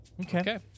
Okay